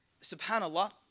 SubhanAllah